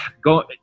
go